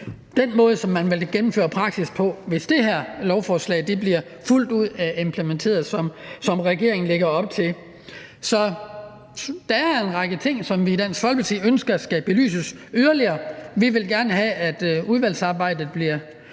den måde, som man vil gennemføre praksis på, hvis det her bliver fuldt ud implementeret, sådan som regeringen lægger op til? Der er en række ting, som vi i Dansk Folkeparti ønsker skal belyses yderligere. Vi vil gerne have, at udvalgsarbejdet bliver